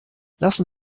lassen